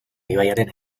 ibaiaren